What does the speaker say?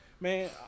man